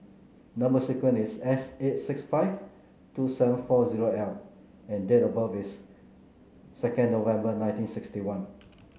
number sequence is S eight six five two seven four zero L and date of birth is second November nineteen sixty one